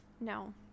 No